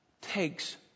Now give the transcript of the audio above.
takes